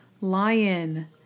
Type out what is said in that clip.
Lion